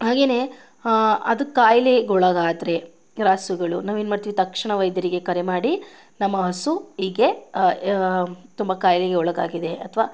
ಹಾಗೆಯೇ ಅದು ಕಾಯಿಲೆಗೊಳಗಾದರೆ ರಾಸುಗಳು ನಾವೇನು ಮಾಡ್ತೀವಿ ತಕ್ಷಣ ವೈದ್ಯರಿಗೆ ಕರೆ ಮಾಡಿ ನಮ್ಮ ಹಸು ಹೀಗೆ ತುಂಬ ಕಾಯಿಲೆಗೆ ಒಳಗಾಗಿದೆ ಅಥ್ವಾ